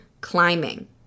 climbing